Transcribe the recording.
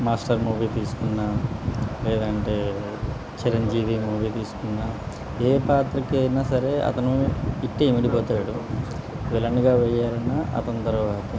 master movie తీసుకున్నా లేదంటే Chiranjeevi movie తీసుకున్నా ఏ పాత్రకి అయినా సరే అతను ఇట్టే ఇమిడిపోతాడు విలన్గా వేయాలన్నా అతని తరువాత